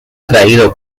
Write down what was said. traído